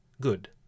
Good